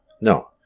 No